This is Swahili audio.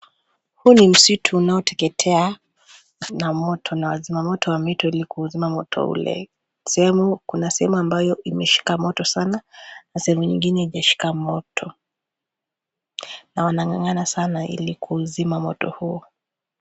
Huu ni msitu unaoteketea na moto na wazima moto wameitwa ili kuzima moto ule, sehemu ambayo imeshika moto sana na sehemu nyingine haijashika moto na wanangangana sana kuuzima moto huo.